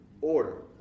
order